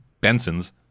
Bensons